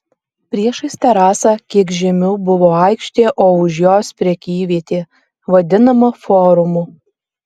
priešais terasą kiek žemiau buvo aikštė o už jos prekyvietė vadinama forumu